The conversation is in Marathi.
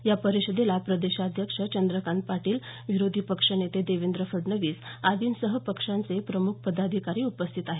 या परिषदेला प्रदेशाध्यक्ष चंद्रकांत पाटील विरोधी पक्षनेते देवेंद्र फडणवीस आदींसह पक्षाचे प्रमुख पदाधिकारी उपस्थित आहेत